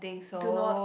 do not